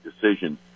decision